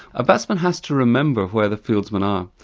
a batsman has to remember where the fieldsmen are.